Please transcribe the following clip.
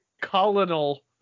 colonel